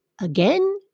again